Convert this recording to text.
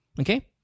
Okay